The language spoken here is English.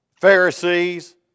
Pharisees